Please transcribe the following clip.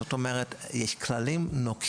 זאת אומרת, יש בתוך מחלקה כללים נוקשים,